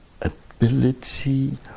ability